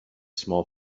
small